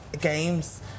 games